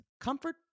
Comfort